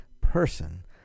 person